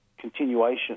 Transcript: continuation